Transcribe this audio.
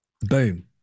Boom